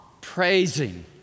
praising